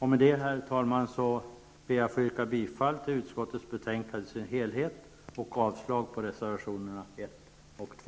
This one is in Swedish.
Med detta, herr talman, ber jag att få yrka bifall till utskottets hemställan i dess helhet samt avslag på reservationerna 1 och 2.